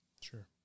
Sure